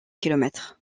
kilomètres